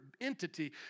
entity